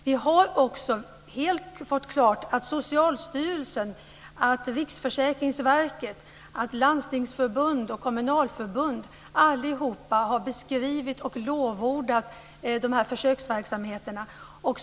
Vi har också fått helt klargjort att Socialstyrelsen, Kommunförbundet har beskrivit och lovordat de här försöksverksamheterna.